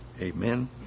Amen